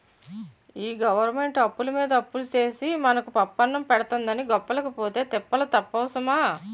ఈ గవరమెంటు అప్పులమీద అప్పులు సేసి మనకు పప్పన్నం పెడతందని గొప్పలకి పోతే తిప్పలు తప్పవు సుమా